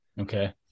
Okay